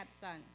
son